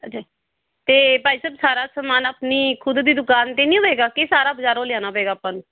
ਅੱਛਾ ਅਤੇ ਭਾਈ ਸਾਹਿਬ ਸਾਰਾ ਸਮਾਨ ਆਪਣੀ ਖੁਦ ਦੀ ਦੁਕਾਨ 'ਤੇ ਨਹੀਂ ਹੋਵੇਗਾ ਕਿ ਸਾਰਾ ਬਾਜ਼ਾਰੋਂ ਲਿਆਉਣਾ ਪਵੇਗਾ ਆਪਾਂ ਨੂੰ